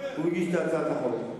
הוא הגיש את הצעת החוק.